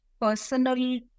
personal